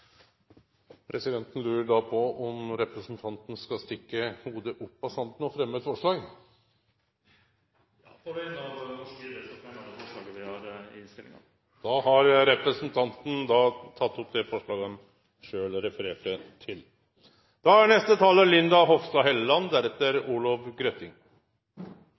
Presidenten lurer da på om representanten skal stikke hovudet opp av sanden og fremje eit forslag? Ja, på vegne av norsk idrett fremmer jeg det forslaget vi har i innstillingen. Representanten Øyvind Korsberg har teke opp det forslaget han refererte til.